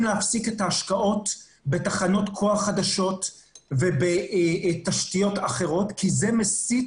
להפסיק את ההשקעות בתחנות כוח חדשות ובתשתיות אחרות כי זה מסיט